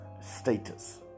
status